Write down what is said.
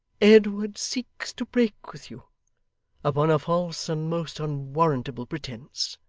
edward seeks to break with you upon a false and most unwarrantable pretence.